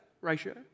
ratio